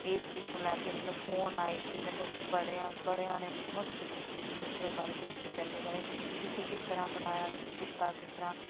ਇਸ ਚੀਜ਼ ਨੂੰ ਲੈ ਕੇ ਮੈਨੂੰ ਫੋਨ ਆਏ ਕਿ ਮੈਨੂੰ ਬੜਿਆ ਬੜਿਆਂ ਨੇ ਬਹੁਤ ਕੁਝ ਇਸ ਦੇ ਬਾਰੇ ਪੁੱਛਦੇ ਤਜ਼ਰਬੇ ਬਾਰੇ ਤੁਸੀਂ ਕਿਸ ਤਰ੍ਹਾਂ ਬਣਾਇਆ ਕੀ ਕੀਤਾ ਕਿਸ ਤਰ੍ਹਾਂ